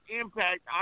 impact